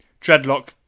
Dreadlock